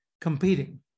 competing